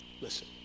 Listen